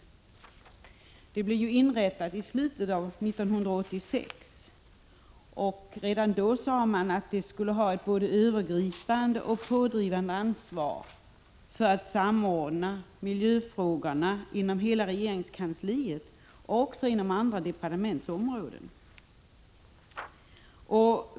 Miljödepartementet inrättades i slutet av 1986, och redan då sade man att det skulle ha både övergripande och pådrivande ansvar för att samordna miljöfrågorna inom hela regeringskansliet, också inom andra departements områden.